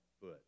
foot